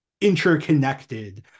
interconnected